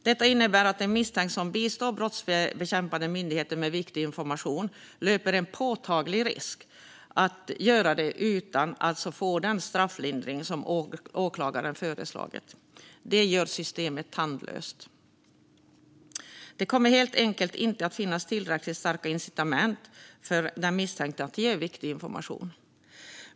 Detta innebär att en misstänkt som bistår brottsbekämpande myndigheter med viktig information löper en påtaglig risk att göra det utan att få den strafflindring som åklagaren föreslagit. Det gör systemet tandlöst. Det kommer helt enkelt inte att finnas tillräckligt starka incitament för den misstänkte att ge viktig information.